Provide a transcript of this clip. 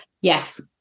Yes